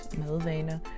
madvaner